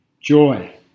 Joy